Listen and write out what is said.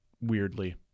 Weirdly